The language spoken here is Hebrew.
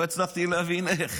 לא הצלחתי להבין איך.